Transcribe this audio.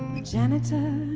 janitor's